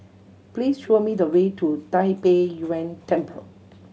please show me the way to Tai Pei Yuen Temple